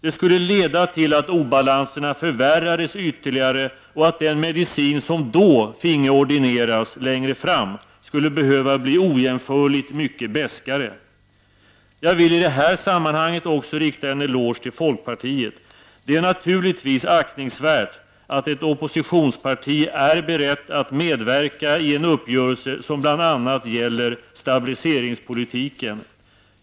Det skulle leda till att obalanserna förvärrades ytterligare och att den medicin som finge ordineras längre fram skulle behöva bli ojämförligt mycket beskare. Jag vill i detta sammanhang rikta en eloge även till folkpartiet. Det är naturligtvis aktningsvärt att ett oppositionsparti är berett att medverka i en uppgörelse som bl.a. gäller stabiliseringspolitiken.